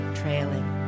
trailing